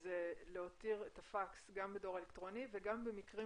היא להותיר את הפקס גם בדואר אלקטרוני וגם במקרים